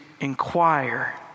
inquire